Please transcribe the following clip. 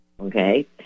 okay